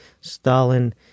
Stalin